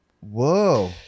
whoa